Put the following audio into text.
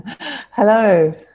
Hello